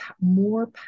more